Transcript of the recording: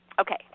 Okay